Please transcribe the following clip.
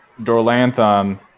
Dorlanthon